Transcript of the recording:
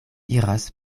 iras